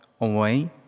away